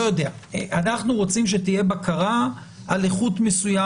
אנחנו רוצים שתהיה בקרה על איכות מסוימת.